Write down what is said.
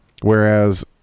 Whereas